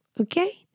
Okay